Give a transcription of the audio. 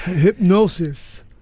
hypnosis